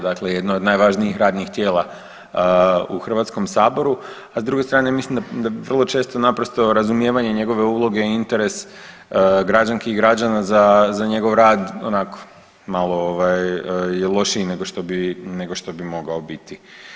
Dakle, jedna od najvažnijih radnih tijela u Hrvatskom saboru, a s druge strane mislim da vrlo često naprosto razumijevanje njegove uloge i interes građanki i građana za njegov rad onako malo je ovaj lošiji nego što bi, nego što bi mogao biti.